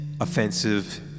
offensive